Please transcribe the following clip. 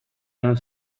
joan